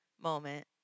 moment